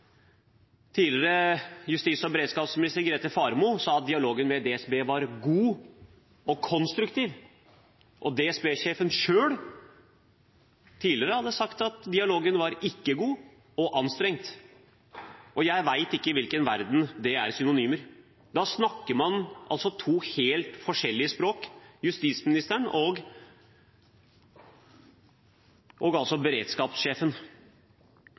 Tidligere justis- og beredskapsminister Grete Faremo sa at dialogen med DSB var god og konstruktiv. DSB-sjefen selv sa at dialogen ikke var god, men anstrengt. Jeg vet ikke i hvilken verden dette er synonymer. Da snakker man to helt forskjellige språk. Daværende justisminister og beredskapssjefen snakker altså